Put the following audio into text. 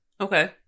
Okay